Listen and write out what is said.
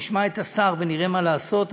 נשמע את השר ונראה מה לעשות,